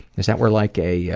is that where, like, a, yeah